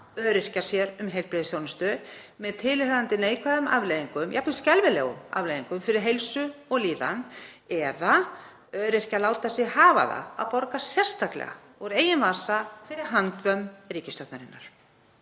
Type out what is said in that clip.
öryrkjar sér um heilbrigðisþjónustu með tilheyrandi neikvæðum afleiðingum, jafnvel skelfilegum afleiðingum, fyrir heilsu og líðan eða láta sig hafa það að borga sérstaklega úr eigin vasa fyrir handvömm ríkisstjórnarinnar.